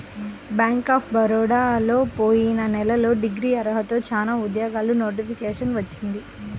bank of బరోడాలో పోయిన నెలలో డిగ్రీ అర్హతతో చానా ఉద్యోగాలకు నోటిఫికేషన్ వచ్చింది